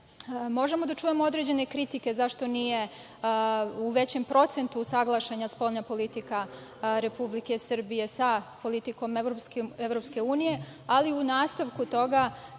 možemo da čujemo određene kritike zašto nije u većem procentu usaglašena spoljna politika Republike Srbije sa politikom EU, ali u nastavku toga